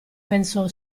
pensò